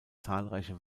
zahlreiche